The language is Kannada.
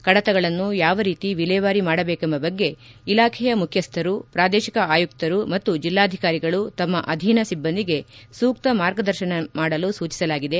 ಕಡತಗಳನ್ನು ಯಾವ ರೀತಿ ವಿಲೇವಾರಿ ಮಾಡಬೇಕೆಂಬ ಬಗ್ಗೆ ಇಲಾಖೆಯ ಮುಖ್ಖಸ್ವರು ಪ್ರಾದೇಶಿಕ ಆಯುಕ್ತರು ಮತ್ತು ಜಿಲ್ಲಾಧಿಕಾರಿಗಳು ತಮ್ಮ ಅಧೀನ ಸಿಬ್ಬಂದಿಗೆ ಸೂಕ್ತ ಮಾರ್ಗದರ್ಶನ ಮಾಡಲು ಸೂಚಿಸಲಾಗಿದೆ